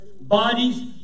bodies